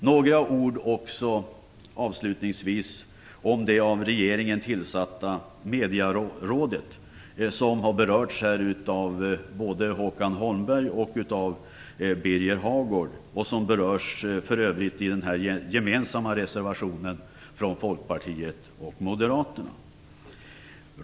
Avslutningsvis också några ord om det av regeringen tillsatta Massmedierådet, som har berörts här både av Håkan Holmberg och av Birger Hagård och som för övrigt berörs också i den gemensamma reservationen från Folkpartiet och Moderaterna.